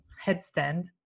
headstand